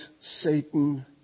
Satan